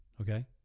Okay